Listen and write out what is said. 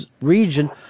region